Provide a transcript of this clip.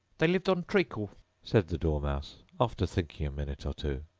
they lived on treacle said the dormouse, after thinking a minute or two.